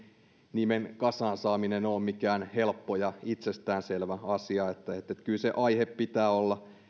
nimen kasaan saaminen ole mikään helppo ja itsestäänselvä asia kyllä se aihe pitää olla